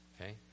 okay